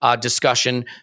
discussion